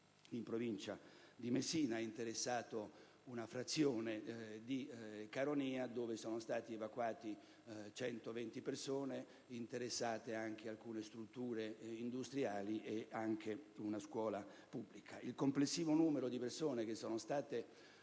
in Provincia di Messina, che ha interessato una frazione di Caronia, dove sono state evacuate 120 persone, oltre ad alcune strutture industriali e una scuola pubblica. Il complessivo numero di persone che sono state